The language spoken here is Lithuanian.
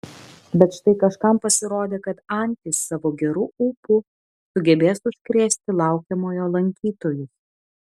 bet štai kažkam pasirodė kad antys savo geru ūpu sugebės užkrėsti laukiamojo lankytojus